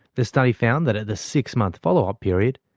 the study found that at the six-month follow-up period,